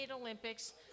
Olympics